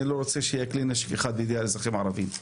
אני לא רוצה שיהיה כלי נשק אחד בידי אזרחים ערביים.